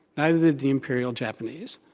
and the the imperial japanese.